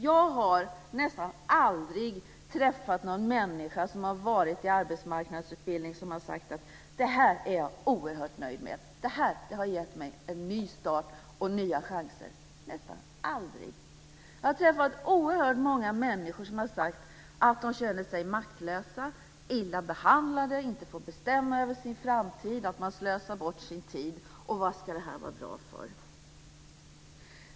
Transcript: Jag har nästan aldrig träffat en människa som har genomgått en arbetsmarknadsutbildning och som har sagt att man har varit oerhört nöjd och att man har fått en ny start och nya chanser. Nästan aldrig! Jag har träffat oerhört många människor som har sagt att de känner sig maktlösa, illa behandlade, inte får bestämma över sin framtid, att de slösar bort sin tid - och de undrar vad detta ska vara bra för.